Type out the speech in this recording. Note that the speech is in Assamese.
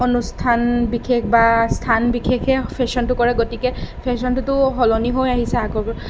আনুষ্ঠান বিশেষ বা স্থান বিশেষে ফেশ্ৱনটো কৰে গতিকে ফেশ্ৱনটোতো সলনি হৈ আহিছে আগ